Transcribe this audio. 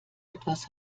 etwas